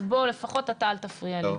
אז בוא לפחות אתה אל תפריע לי.